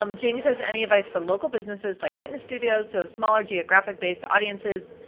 um jamie says, any advice for local businesses like fitness studios, so smaller geographic based audiences.